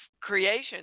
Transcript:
creation